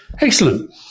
Excellent